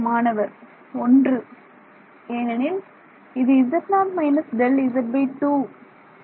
மாணவர் ஒன்று ஏனெனில் இது z0 − Δz2